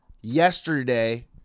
yesterday